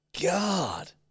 God